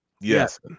Yes